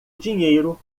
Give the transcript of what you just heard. dinheiro